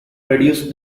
reduced